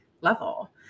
level